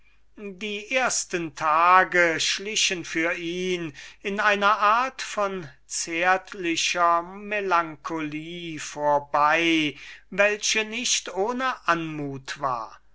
die ersten tage schlichen für ihn in einer art von zärtlicher melancholie vorbei welche nicht ohne anmut war